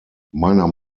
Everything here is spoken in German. meiner